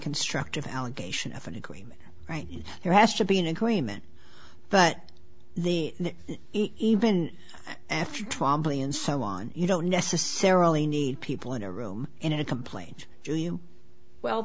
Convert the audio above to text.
constructive allegation of an agreement right there has to be an agreement but the even after trombley and so on you don't necessarily need people in a room in a complaint do you well